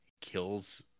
kills